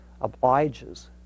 obliges